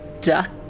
duck